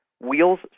Wheels